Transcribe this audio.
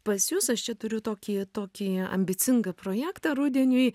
pas jus aš čia turiu tokį tokį ambicingą projektą rudeniui